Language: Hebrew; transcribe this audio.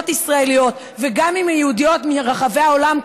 ישראליות וגם אם הן יהודיות מרחבי העולם כולו.